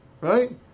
Right